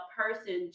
person